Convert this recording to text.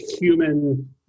human